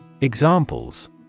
Examples